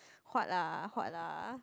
huat ah huat ah